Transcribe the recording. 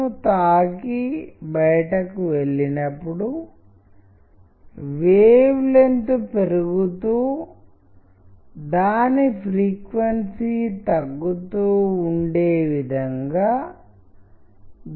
దుఃఖం విచారం లేదా సంతోషం యొక్క భావోద్వేగ భావాలను ఇవి కమ్యూనికేట్ చేయగలవు